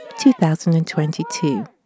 2022